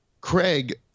Craig